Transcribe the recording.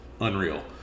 unreal